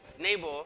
neighbor